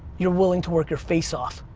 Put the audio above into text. you're willing to work your face off.